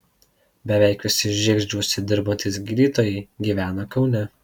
beveik visi žiegždriuose dirbantys gydytojai gyvena kaune